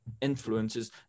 influences